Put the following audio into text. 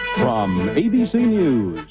um abc news,